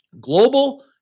global